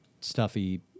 stuffy